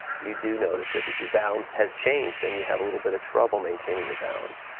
you do notice it, that your balance has changed and you have a little bit of trouble maintaining your balance.